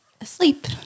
asleep